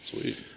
Sweet